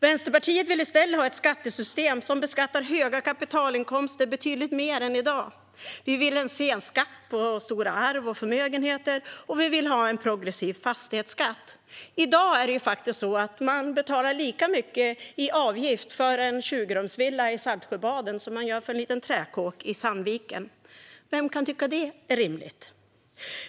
Vänsterpartiet vill i stället ha ett skattesystem som beskattar höga kapitalinkomster betydligt mer än i dag. Vi vill se en skatt på stora arv och förmögenheter, och vi vill ha en progressiv fastighetsskatt. I dag betalar man faktiskt lika mycket i avgift för en 20-rumsvilla i Saltsjöbaden som för en liten träkåk i Sandviken. Vem kan tycka att det är rimligt?